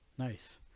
Nice